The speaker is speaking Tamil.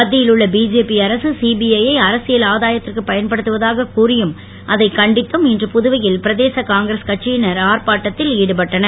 மத்தியில் உள்ள பிஜேபி அரக சிபிஐ யை அரசியல் ஆதாயத்திற்கு பயன்படுத்துவதாகக் கூறியும் அதைக் கண்டித்தும் இன்று பிரதேச காங்கிரஸ் கட்சியினர் ஆர்ப்பாட்டத்தில் ஈடுபட்டனர்